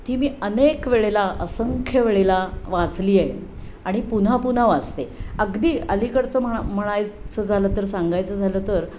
ती मी अनेक वेळेला असंख्य वेळेला वाचली आहे आणि पुन्हा पुन्हा वाचते अगदी अलीकडचं म्हणा म्हणायचं झालं तर सांगायचं झालं तर